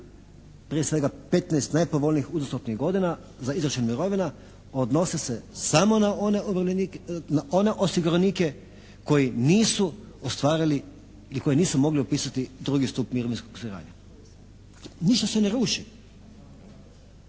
prije svega 15 najpovoljnijih uzastopnih godina za izračun mirovina odnosi se samo na one osiguranike koji nisu ostvarili i koji nisu mogli upisati drugi stup mirovinskog osiguranja. Ništa se ne ruši.